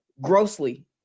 grossly